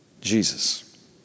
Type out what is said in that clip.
Jesus